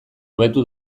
hobetu